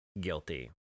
guilty